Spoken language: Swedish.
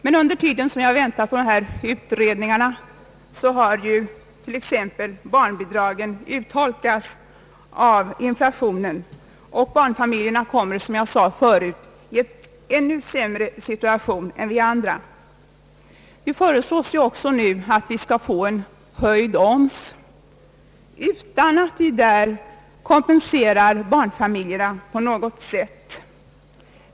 Men under tiden som vi väntar på dessa utredningsresultat urholkas t.ex. barnbidragen av inflationen, och barnfamiljerna kommer, som jag förut sade, i en ännu sämre situation än andra familjer. Det föreslås nu också att vi skall få en höjd omsättningsskatt utan att barnfamiljerna här på något sätt får kompensation.